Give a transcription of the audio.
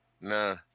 nah